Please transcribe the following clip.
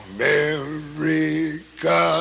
America